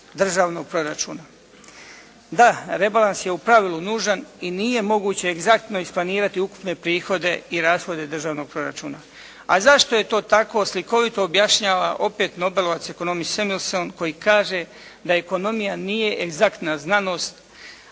državnog proračuna. Da, rebalans je u pravilu nužan i nije moguće egzaktno isplanirati ukupne prihode i rashode državnog proračuna. A zašto je to tako slikovito objašnjava opet nobelovac ekonomist Sammelson koji kaže da ekonomija nije egzaktna znanost,